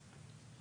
בשנה.